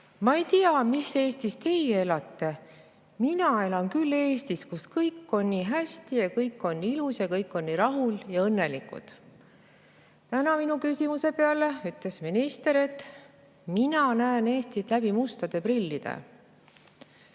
"Ma ei tea, mis Eestis teie elate. Mina küll elan Eestis, kus kõik on hästi, kõik on ilus ja kõik on nii rahul ja õnnelikud." Täna minu küsimuse peale ütles minister, et mina näen Eestit läbi mustade prillide.